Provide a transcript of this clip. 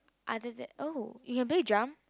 other that oh you can play jump